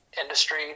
industry